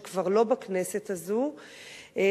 שכבר לא בכנסת הזאת,